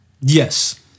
Yes